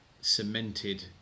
cemented